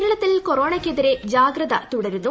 കേരളത്തിൽ കൊറോണക്കെതിരെ ജാഗ്രത തുടരുന്നു